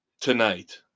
tonight